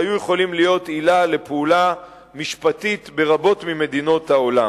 שהיו יכולים להיות עילה לפעולה משפטית ברבות ממדינות העולם.